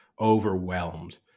overwhelmed